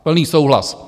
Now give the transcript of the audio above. Plný souhlas.